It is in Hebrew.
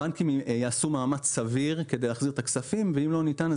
הבנקים יעשו מאמץ סביר כי להחזיר את הכספים ואם לא ניתן,